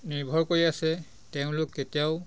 নিৰ্ভৰ কৰি আছে তেওঁলোক কেতিয়াও